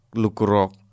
lukurok